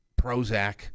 Prozac